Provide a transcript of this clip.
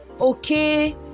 okay